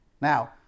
Now